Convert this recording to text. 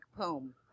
poem